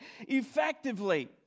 effectively